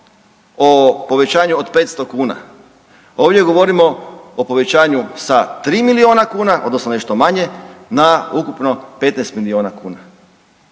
o povećanju od 500 kuna ovdje govorimo o povećanju sa 3 miliona kuna odnosno nešto manje na ukupno 15 milina kuna.